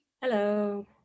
Hello